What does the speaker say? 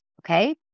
okay